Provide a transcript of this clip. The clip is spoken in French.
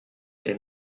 est